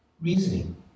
Reasoning